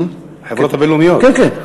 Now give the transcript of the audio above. כן כן.